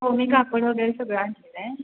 हो मी कापड वगैरे सगळं आणलेलं आहे